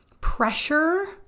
pressure